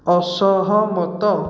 ଅସହମତ